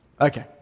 Okay